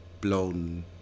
blown